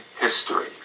history